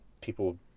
people